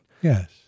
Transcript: Yes